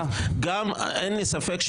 אין לי ספק,